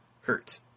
hurt